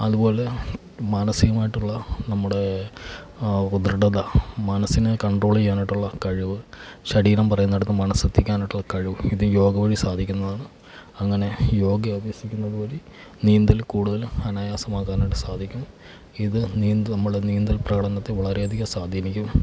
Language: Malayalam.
അതുപോലെ മാനസികമായിട്ടുള്ള നമ്മുടെ ആ ദൃഢത മനസിനെ കൺട്രോൾ ചെയ്യാനായിട്ടുള്ള കഴിവ് ശരീരം പറയുന്നിടത്ത് മനസ്സ് എത്തിക്കാനായിട്ടുള്ള കഴിവ് ഇത് യോഗ വഴി സാധിക്കുന്നതാണ് അങ്ങനെ യോഗ അഭ്യസിക്കുന്നത് വഴി നീന്തല് കൂടുതൽ അനായാസമാക്കാനായിട്ട് സാധിക്കും ഇത് നീന്ത് നമ്മളുടെ നീന്തൽ പ്രകടനത്തെ വളരെയധികം സ്വാധീനിക്കും